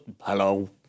Hello